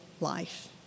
life